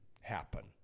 happen